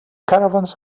caravans